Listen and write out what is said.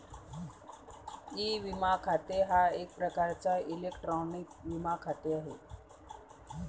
E विमा खाते हा एक प्रकारचा इलेक्ट्रॉनिक विमा खाते आहे